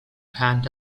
hand